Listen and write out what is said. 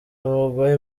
uvugwaho